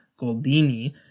Goldini